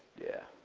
yeah.